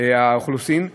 האוכלוסין וההגירה,